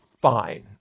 fine